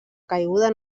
caiguda